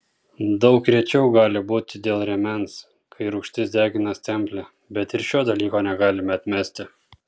daug rečiau gali būti dėl rėmens kai rūgštis degina stemplę bet ir šio dalyko negalime atmesti